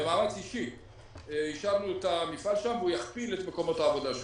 במאמץ אישי השארנו את המפעל שם והוא יכפיל את מקומות העבודה.